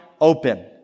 open